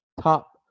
top